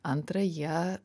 antra jie